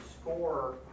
score